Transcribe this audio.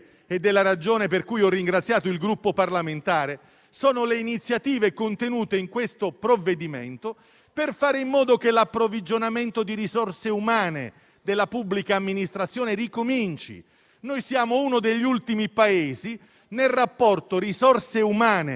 ed è la ragione per cui ho ringraziato il Gruppo parlamentare - sono le iniziative contenute nel provvedimento per fare in modo che l'approvvigionamento di risorse umane della pubblica amministrazione ricominci. Noi siamo uno degli ultimi Paesi nel rapporto tra risorse umane